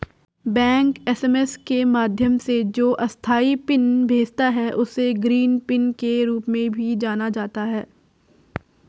bank SMS के माध्यम से जो अस्थायी पिन भेजता है, उसे ग्रीन पिन के रूप में भी जाना जाता है